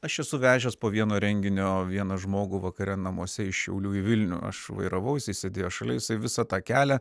aš esu vežęs po vieno renginio vieną žmogų vakare namuose iš šiaulių į vilnių aš vairavau jisai sėdėjo šalia jisai visą tą kelią